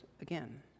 again